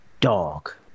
dog